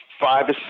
five